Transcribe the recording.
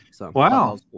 Wow